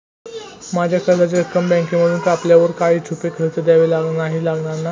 माझ्या कर्जाची रक्कम बँकेमधून कापल्यावर काही छुपे खर्च द्यावे नाही लागणार ना?